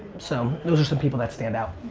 so, those are some people that stand out.